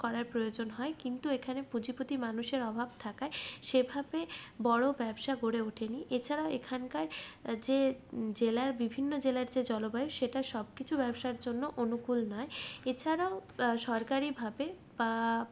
করার প্রয়োজন হয় কিন্তু এখানে পুঁজি পতি মানুষের অভাব থাকায় সেভাবে বড়ো ব্যবসা গড়ে ওঠেনি এছাড়া এখানকার যে জেলার বিভিন্ন জেলার যে জলবায়ু সেটা সবকিছু ব্যবসার জন্য অনুকূল নয় এছাড়াও সরকারি ভাবে বা